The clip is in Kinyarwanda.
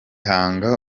hanga